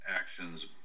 actions